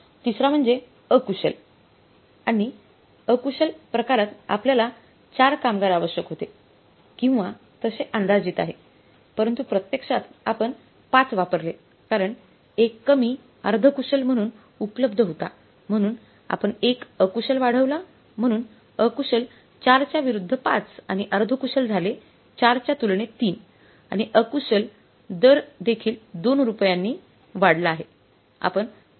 तिसरा म्हणजे अकुशल आणि अकुशल प्रकारात आपल्याला 4 कामगार आवश्यक होते किंवा तस अंदाजित आहे परंतु प्रत्यक्षात आपण 5 वापरले कारण एक कमी अर्ध कुशल म्हणून उपलब्ध होता म्हणून आपण एक अकुशल वाढवला म्हणून अकुशल 4 च्या विरूद्ध 5 आणि अर्धकुशल झाले 4 च्या तुलनेत 3 आणि अकुशल दर देखील 2 रुपयांनी वाढला आहे